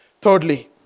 Thirdly